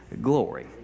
glory